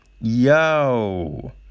Yo